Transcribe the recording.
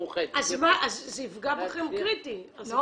זה יפגע בכם קריטי.